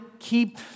keep